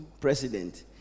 president